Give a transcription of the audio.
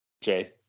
Jay